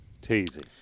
teasing